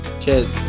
Cheers